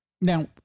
now